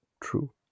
true